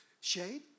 shade